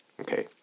Okay